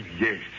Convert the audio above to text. yes